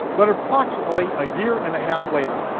but approximately a year and a half later,